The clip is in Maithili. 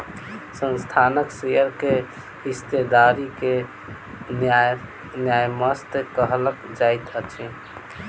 संस्थानक शेयर के हिस्सेदारी के न्यायसम्य कहल जाइत अछि